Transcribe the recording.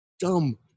dumb